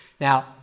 Now